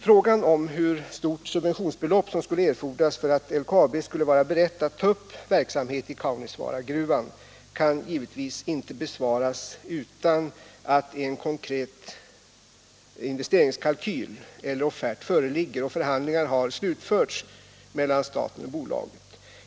Frågan om hur stort subventionsbelopp som skulle erfordras för att LKAB skulle vara berett att ta upp verksamhet i Kaunisvaaragruvan kan givetvis inte besvaras utan att en konkret investeringskalkyl eller offert föreligger och förhandlingar har slutförts mellan staten och bolaget.